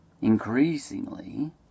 Increasingly